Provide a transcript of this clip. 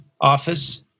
Office